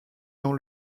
dans